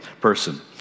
person